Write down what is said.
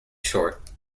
short